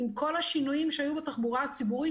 עם כל השינויים שהיו בתחבורה הציבורית,